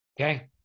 Okay